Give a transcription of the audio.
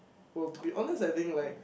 well to be honest I think like